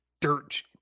dirt